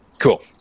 Cool